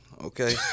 Okay